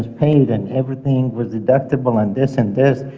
paid, and everything was deductible, and this and this,